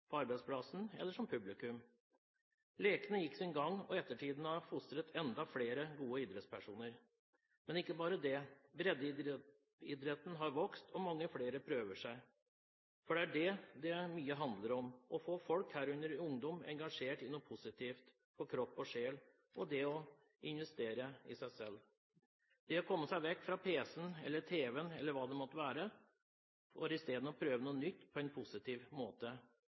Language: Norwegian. på arbeidsplassen eller var publikum. Lekene gikk sin gang, og ettertiden har fostret enda flere gode idrettspersoner. Men ikke bare det, breddeidretten har vokst, og mange flere prøver seg. Det handler mye om å få folk, herunder ungdom, engasjert i noe positivt for kropp og sjel, investere i seg selv, komme seg vekk fra pc-en, eller tv-en – hva det måtte være – og isteden prøve noe nytt på en positiv måte.